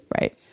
right